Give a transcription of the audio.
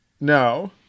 No